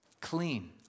Clean